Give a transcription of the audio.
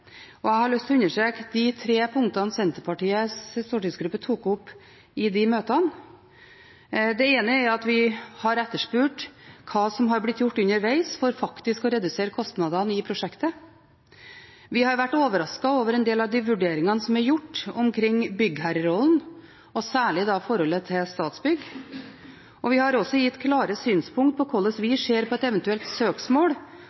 og jeg har lyst til å understreke de tre punktene Senterpartiets stortingsgruppe tok opp i de møtene. Det ene er at vi har etterspurt hva som er blitt gjort underveis for faktisk å redusere kostnadene i prosjektet. Vi har vært overrasket over en del av de vurderingene som er gjort omkring byggherrerollen, særlig forholdet til Statsbygg. Vi har også gitt klare synspunkter på hvordan